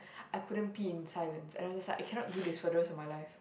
I couldn't pee in silence and I'm just like I cannot do this for the rest of my life